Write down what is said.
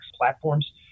platforms